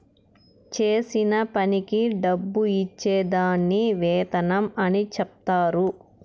చేసిన పనికి డబ్బు ఇచ్చే దాన్ని వేతనం అని చెప్తారు